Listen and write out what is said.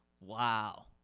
Wow